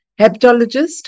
heptologist